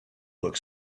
look